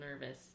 nervous